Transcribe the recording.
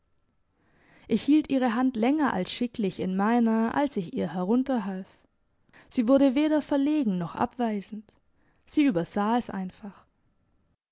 ich hielt ihre hand länger als schicklich in meiner als ich ihr herunter half sie wurde weder verlegen noch abweisend sie übersah es einfach